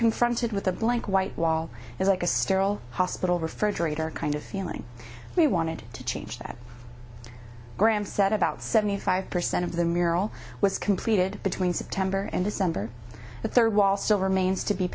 confronted with a blank white wall is like a sterile hospital refrigerator kind of feeling we wanted to change that graham said about seventy five percent of the mural was completed between september and december the third wall still remains to be